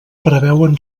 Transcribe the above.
preveuen